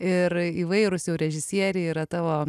ir įvairūs jau režisieriai yra tavo